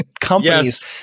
companies